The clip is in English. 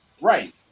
Right